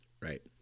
Right